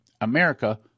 America